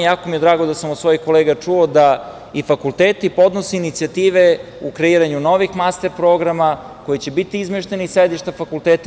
Jako mi je drago da sam od svojih kolega čuo da i fakulteti podnose inicijative u kreiranju novih master programa, koji će biti izmešteni iz sedišta fakulteta.